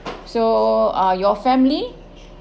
so uh your family